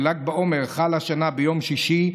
של"ג בעומר חל השנה ביום שישי,